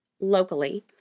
locally